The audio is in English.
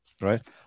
right